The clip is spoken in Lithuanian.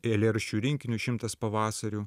eilėraščių rinkinių šimtas pavasarių